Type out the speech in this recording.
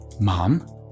mom